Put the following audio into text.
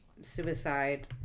suicide